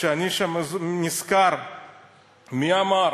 כשאני נזכר מי אמר: